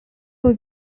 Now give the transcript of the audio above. was